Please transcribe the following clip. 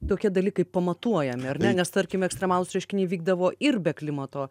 tokie dalykai pamatuojami ar ne nes tarkim ekstremalūs reiškiniai vykdavo ir be klimato